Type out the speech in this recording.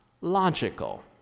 logical